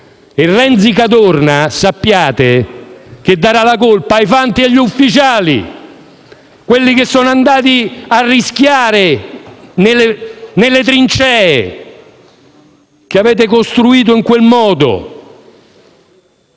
Renzi-Cadorna darà la colpa ai fanti e agli ufficiali, quelli che sono andati a rischiare nelle trincee che avete costruito in quel modo.